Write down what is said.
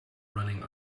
running